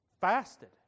fasted